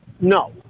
No